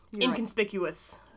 Inconspicuous